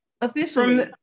officially